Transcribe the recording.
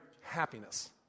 happiness